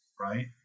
right